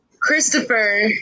Christopher